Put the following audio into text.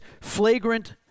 flagrant